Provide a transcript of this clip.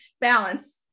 Balance